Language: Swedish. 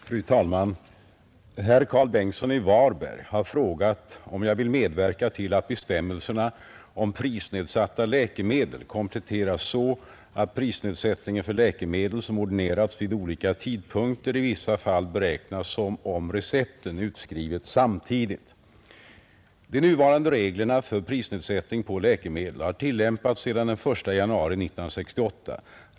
Fru talman! Herr Karl Bengtsson i Varberg har frågat, om jag vill medverka till att bestämmelserna om prisnedsatta läkemedel kompletteras så, att prisnedsättningen för läkemedel som ordinerats vid olika tidpunkter i vissa fall beräknas som om recepten utskrivits samtidigt. De nuvarande reglerna för prisnedsättning på läkemedel har tillämpats sedan den 1 januari 1968.